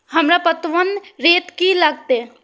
हमरा पटवन रेट की लागते?